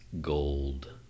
Gold